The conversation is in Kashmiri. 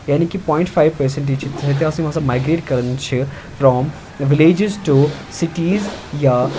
یعنی کہ پوٚیِنٛٹ فایِو پٔرسَنٹیج چھِ سۄتہِ ہَسا یِم ہَسا مایگرٛیٹ کَران چھِ فرٛام وِلیجِز ٹوٚ سِٹیٖز یا